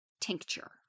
tincture